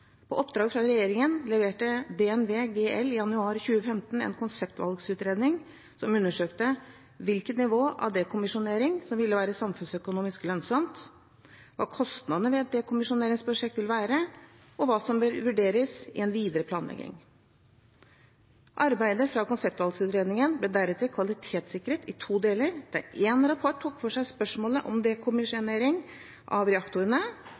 På oppdrag fra regjeringen leverte DNV GL i januar 2015 en konseptvalgutredning som undersøkte hvilket nivå av dekommisjonering som ville være samfunnsøkonomisk lønnsomt, hva kostnadene ved et dekommisjoneringsprosjekt vil være, og hva som bør vurderes i en videre planlegging. Arbeidet fra konseptvalgutredningen ble deretter kvalitetssikret i to deler, der én rapport tok for seg spørsmålet om dekommisjonering av reaktorene,